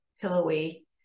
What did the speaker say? pillowy